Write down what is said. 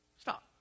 Stop